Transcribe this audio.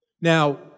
Now